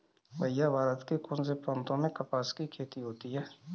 भैया भारत के कौन से प्रांतों में कपास की खेती होती है?